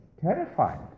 terrified